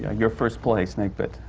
ah your first play, snakebit,